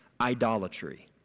idolatry